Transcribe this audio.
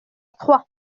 trois